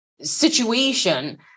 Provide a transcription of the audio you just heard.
situation